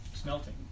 smelting